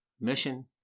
mission